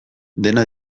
dena